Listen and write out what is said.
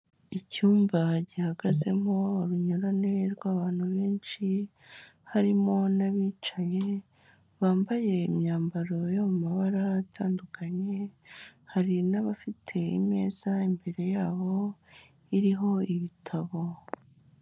Icyumba gihagazemo urunyurane rw'abantu benshi harimo n'abicaye, bambaye imyambaro yo mu mabara atandukanye, hari n'abafite ameza imbere yabo iriho ibitabo.